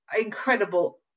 incredible